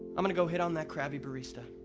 i'm gonna go hit on that crabby barista